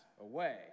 away